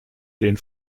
den